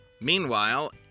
Meanwhile